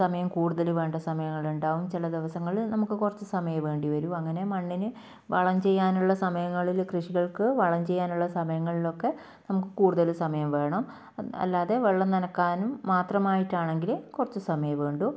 സമയം കൂടുതൽ വേണ്ട സമയങ്ങളുണ്ടാവും ചില ദിവസങ്ങളിൽ നമുക്ക് കുറച്ച് സമയമേ വേണ്ടി വരൂ അങ്ങനെ മണ്ണിന് വളം ചെയ്യാനുള്ള സമയങ്ങളിൽ കൃഷികൾക്ക് വളം ചെയ്യാനുള്ള സമയങ്ങളിലൊക്കെ നമുക്ക് കൂടുതൽ സമയം വേണം അല്ലാതെ വെള്ളം നനയ്ക്കാനും മാത്രമായിട്ടാണെങ്കിൽ കുറച്ച് സമയമേ വേണ്ടൂ